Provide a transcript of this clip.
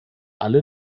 alle